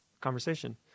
conversation